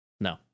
No